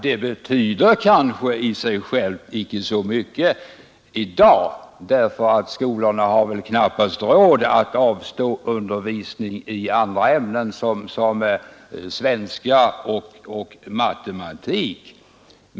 Det betyder kanske i sig självt icke så mycket i dag, eftersom skolorna knappast har råd att avstå från stödundervisning i andra ämnen såsom svenska och matematik.